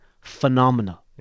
phenomenal